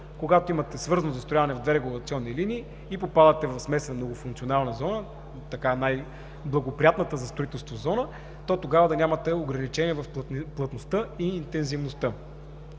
когато имате свързано застрояване в две регулационни линии и попадате в смесена многофункционална зона, която е така най-благоприятната за строителство зона, то тогава да нямате ограничение в плътността и интензивността.